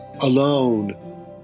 alone